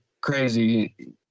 crazy